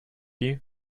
you